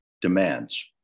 demands